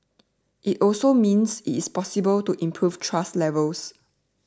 it also means it is possible to improve trust levels